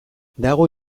dago